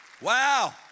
Wow